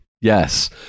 Yes